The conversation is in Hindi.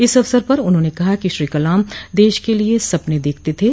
इस अवसर पर उन्होंने कहा कि श्री कलाम दश के लिए सपने देखते थे